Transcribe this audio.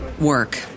work